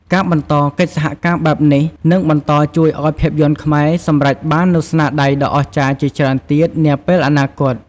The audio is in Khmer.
ការបន្តកិច្ចសហការបែបនេះនឹងបន្តជួយឱ្យភាពយន្តខ្មែរសម្រេចបាននូវស្នាដៃដ៏អស្ចារ្យជាច្រើនទៀតនាពេលអនាគត។